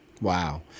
Wow